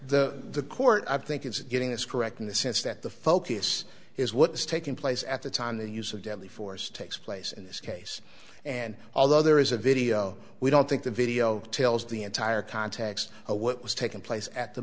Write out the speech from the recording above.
the the court i think it's getting this correct in the sense that the focus is what's taking place at the time the use of deadly force takes place in this case and although there is a video we don't think the video tells the entire context what was taken place at the